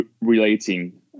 relating